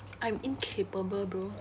I'm incapable bro